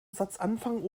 satzanfang